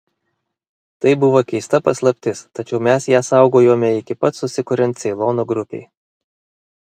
tai buvo keista paslaptis tačiau mes ją saugojome iki pat susikuriant ceilono grupei